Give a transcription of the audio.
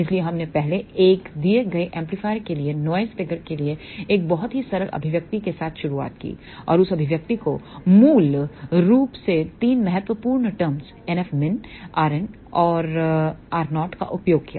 इसलिए हमने पहले एक दिए गए एम्पलीफायर के लिए नॉइस फिगर के लिए एक बहुत ही सरल अभिव्यक्ति के साथ शुरुआत की और उस अभिव्यक्ति को मूल रूप से 3 महत्वपूर्ण टरम्स NFmin rn और r0 का उपयोग किया